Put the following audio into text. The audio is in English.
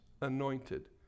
anointed